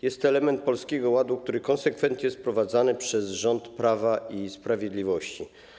Jest to element Polskiego Ładu, który konsekwentnie jest wprowadzany przez rząd Prawa i Sprawiedliwości.